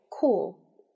cool